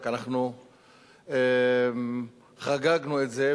רק אנחנו חגגנו אותו,